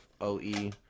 OE